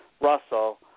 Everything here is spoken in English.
Russell